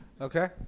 Okay